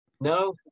No